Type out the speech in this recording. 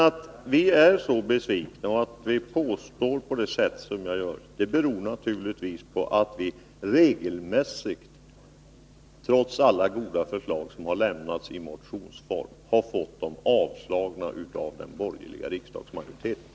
Att vi är så besvikna och gör sådana påståenden som jag gör beror naturligtvis på att vi regelmässigt fått alla våra goda förslag i motionsform avslagna av den borgerliga riksdagsmajoriteten.